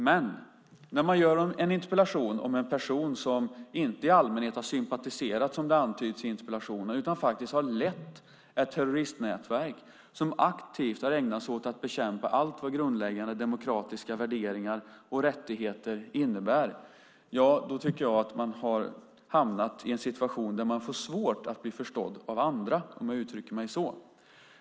Men när man skriver en interpellation om en person som inte i allmänhet har sympatiserat med, som det antyds i interpellationen, utan faktiskt har lett ett terroristnätverk som aktivt har ägnat sig åt att bekämpa allt vad grundläggande demokratiska värderingar och rättigheter innebär tycker jag att man hamnar i en situation där man får svårt att bli förstådd av andra, om jag uttrycker mig så.